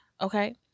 Okay